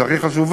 זה הכי חשוב,